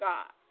God